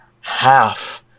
half